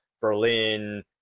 berlin